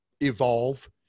evolve